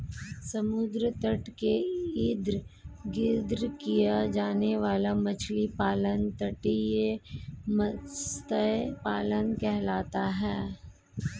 समुद्र तट के इर्द गिर्द किया जाने वाला मछली पालन तटीय मत्स्य पालन कहलाता है